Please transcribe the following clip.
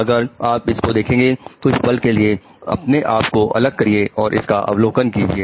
अगर आप इसको देखेंगे कुछ पल के लिए अपने आप को अलग करिए और इसका अवलोकन कीजिए